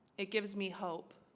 it gives me hope